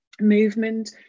movement